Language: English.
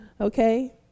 Okay